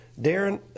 Darren